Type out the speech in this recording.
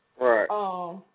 right